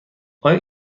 آیا